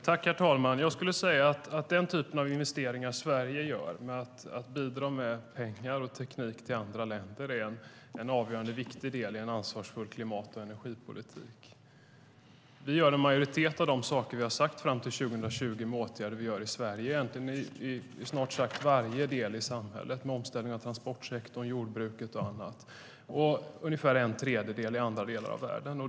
Herr talman! Den typen av investeringar som Sverige gör, att bidra med pengar och teknik till andra länder, är en avgörande och viktig del i en ansvarsfull klimat och energipolitik. Vi gör en majoritet av de saker som vi har sagt fram till 2020. Vi vidtar åtgärder i Sverige i snart sagt varje del i samhället, med omställning av transportsektorn, jordbruket och annat, och ungefär en tredjedel i andra delar av världen.